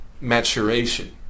maturation